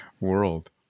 world